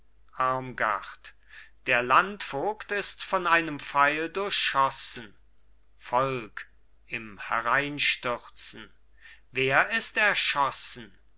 der landvogt ist von einem pfeil durchschossen volk im hereinstürzen wer ist erschossen